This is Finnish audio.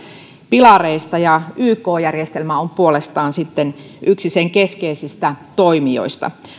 pilareista ja yk järjestelmä on puolestaan sitten yksi sen keskeisistä toimijoista